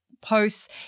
posts